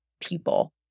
people